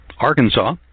Arkansas